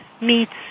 meets